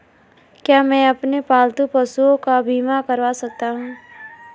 क्या मैं अपने पालतू पशुओं का बीमा करवा सकता हूं?